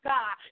God